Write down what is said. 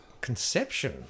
conception